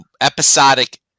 episodic